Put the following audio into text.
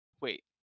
Wait